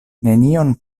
nenion